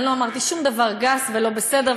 לא אמרתי שום דבר גס ולא בסדר,